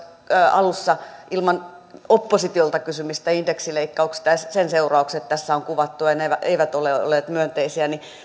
alussa ilman oppositiolta kysymistä indeksileikkauksista ja sen seuraukset tässä on kuvattu ja ne eivät ole olleet myönteisiä niin